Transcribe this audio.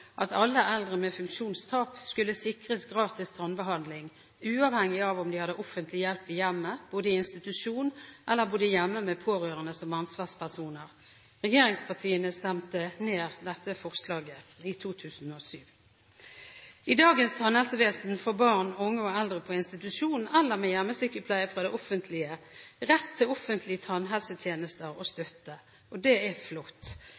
at alle eldre med funksjonstap skulle sikres gratis tannbehandling, uavhengig av om de hadde offentlig hjelp i hjemmet, bodde i institusjon eller bodde hjemme med pårørende som ansvarspersoner. Regjeringspartiene stemte ned dette forslaget i 2008. I dagens tannhelsevesen får barn, unge og eldre på institusjon eller med hjemmesykepleie fra det offentlige rett til offentlige tannhelsetjenester og støtte. Det er flott.